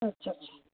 अच्छा अच्छा